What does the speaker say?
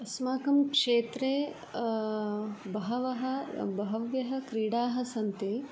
अस्माकं क्षेत्रे बहवः बह्व्यः क्रीडाः सन्ति